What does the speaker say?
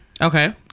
okay